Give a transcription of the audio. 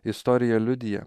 istorija liudija